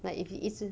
like if 你一直